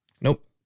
Nope